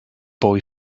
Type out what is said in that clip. boy